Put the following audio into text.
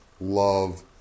love